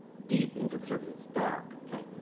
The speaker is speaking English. deep into the surface, it's dark, okay.